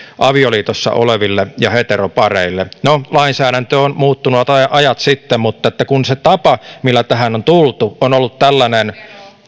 avioliitossa oleville ja heteropareille no lainsäädäntö on muuttunut ajat sitten mutta kun se tapa millä tähän on tultu on ollut tällainen